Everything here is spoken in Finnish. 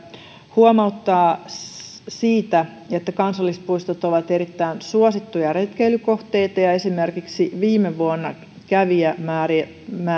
huomauttaa siitä että kansallispuistot ovat erittäin suosittuja retkeilykohteita ja esimerkiksi viime vuonna kävijämäärät